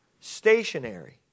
stationary